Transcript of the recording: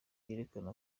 yerekana